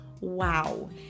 wow